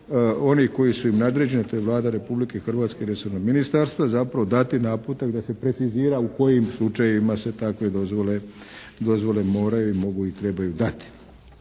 oni koji su im nadređeni. To je Vlada Republike Hrvatske i resornog ministarstva zapravo dati naputak da se precizira u kojim slučajevima se takve dozvole moraju i mogu i trebaju dati.